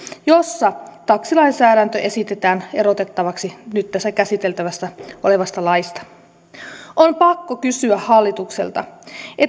jossa taksilainsäädäntö esitetään erotettavaksi nyt tässä käsiteltävänä olevasta laista on pakko kysyä hallitukselta